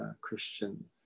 Christians